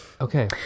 okay